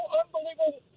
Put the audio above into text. unbelievable